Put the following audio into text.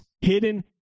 Hidden